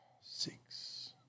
six